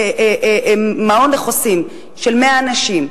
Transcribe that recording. מעון לחוסים של 100 אנשים,